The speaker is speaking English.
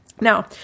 Now